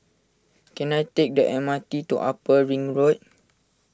can I take the M R T to Upper Ring Road